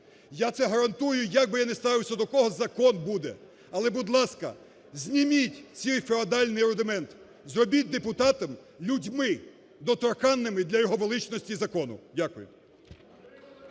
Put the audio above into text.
Я це гарантую, як би я не ставився до кого, закон буде. Але, будь ласка, зніміть цей феодальний рудимент, зробіть депутатів людьми, доторканнями для його величності закону. Дякую.